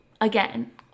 again